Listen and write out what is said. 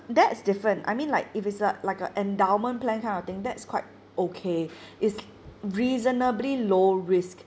that's different I mean like if it's a like a endowment plan kind of thing that's quite okay it's reasonably low risk